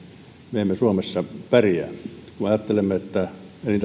me emme suomessa pärjää kun ajattelemme että elintarvikealalle suomalaisen